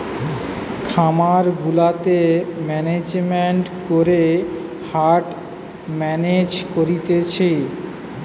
খামার গুলাতে ম্যানেজমেন্ট করে হার্ড মেনেজ করতিছে